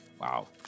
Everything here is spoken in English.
Wow